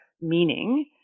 meaning